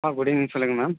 ஆ good evening சொல்லுங்க ma'am